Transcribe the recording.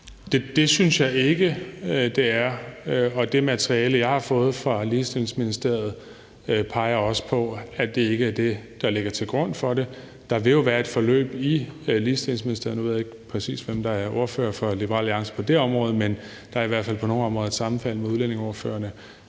Det synes jeg ikke det er, og det materiale, jeg har fået fra Ligestillingsministeriet, peger også på, at det ikke er det, der ligger til grund for det. Der vil jo være et forløb i Ligestillingsministeriet – nu ved jeg ikke, præcis hvem der er ordfører for Liberal Alliance for det område, men der er i hvert fald på nogle områder et sammenfald med uddannelsesordførerne